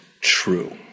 true